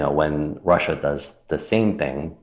ah when russia does the same thing,